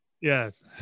Yes